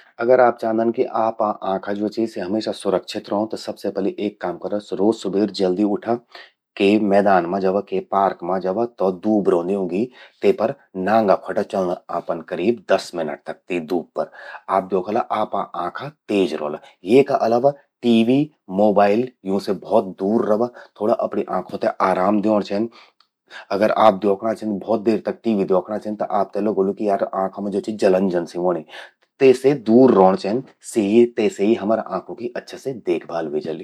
अगर आप चांदन कि आपा आंखां ज्वो छिन सि हमेशा सुरक्षित रौं। त सबसे पलि एक काम करा। रोज सुबेर जल्दि उठा। के मैदान मां जावा। के पार्क मां जावा, तौ दूब रौंदि उग्यीं। ते पर नांगा ख्वटा चल्लं आपन करीब दस मिनट तक, तीं दूब पर। आप द्योखला, आपा आंखा तेज रौला। ये का अलावा टीवी मोबाइल। यूं से भौत दूर रवा। थोड़ा अपणि आंख्यूं ते आराम द्यौण चेंद। अगर आप द्योखणां छिन, भौत देर तक टीवी द्योखणा छिन त आपते लगोलू कि यार आंखा मां ज्वो चि जलन जन सि चि ह्वोंणी। त तेसे दूर रौंण चेंद। सी ही तेसे हमरा आंखों कि भौत अच्छे से देखभाल ह्वे जलि।